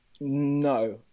No